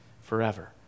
Forever